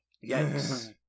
Yes